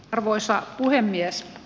arvoisa puhemies